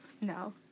No